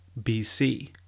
BC